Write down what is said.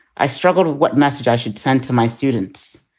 i struggled with what message i should send to my students.